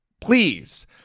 please